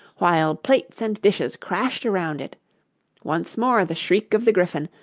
while plates and dishes crashed around it once more the shriek of the gryphon,